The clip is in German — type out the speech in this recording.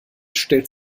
stellt